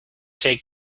take